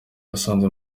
yasanze